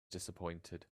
disappointed